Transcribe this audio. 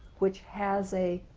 which has a